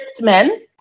men